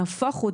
נהפוך הוא,